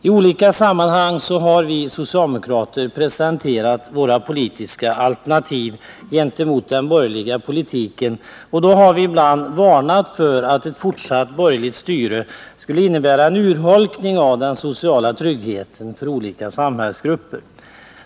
I olika sammanhang då vi socialdemokrater presenterat våra politiska alternativ till den borgerliga politiken har vi ibland varnat för att ett fortsatt borgerligt styre skulle innebära en urholkning av den sociala tryggheten för olika samhällsgrupper.